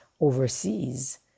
overseas